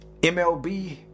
mlb